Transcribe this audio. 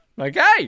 Okay